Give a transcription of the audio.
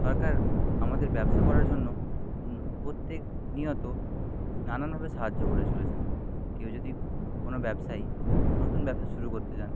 সরকার আমাদের ব্যবসা করার জন্য প্রত্যেক নিয়ত নানানভাবে সাহায্য করে চলেছেন কেউ যদি কোন ব্যবসায়ী নতুন ব্যবসা শুরু করতে চান